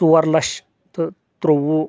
ژور لچھ تہٕ تٕرووُہ